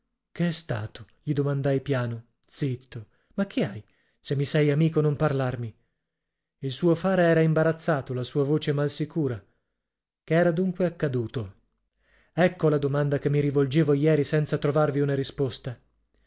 che è stato gli domandai piano zitto ma che hai se mi sei amico non parlarmi il suo fare era imbarazzato la sua voce mal sicura che era dunque accaduto ecco la domanda che mi rivolgevo ieri senza trovarvi una risposta